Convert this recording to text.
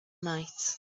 night